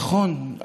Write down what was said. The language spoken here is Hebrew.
נכון.